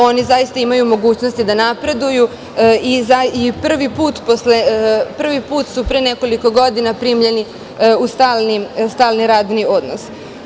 Oni zaista imaju mogućnosti da napreduju i prvi put su pre nekoliko godina primljeni u stalni radni odnos.